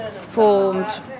formed